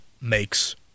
makes